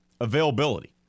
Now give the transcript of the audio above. Availability